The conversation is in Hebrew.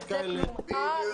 זכאי -- בדיוק,